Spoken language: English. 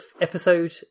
episode